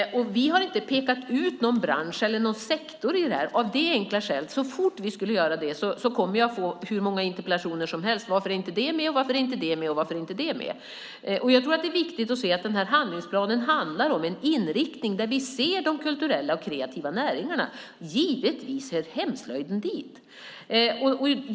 Vi har inte pekat ut någon bransch eller sektor, av det enkla skälet att vi så fort vi gör det kommer att få hur många interpellationer som helst om varför inte det och det är med. Jag tror att det är viktigt att se att denna handlingsplan handlar om en inriktning där vi ser de kulturella och kreativa näringarna. Givetvis hör hemslöjden dit.